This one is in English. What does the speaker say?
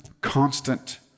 constant